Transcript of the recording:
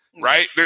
right